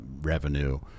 revenue